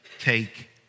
take